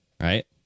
Right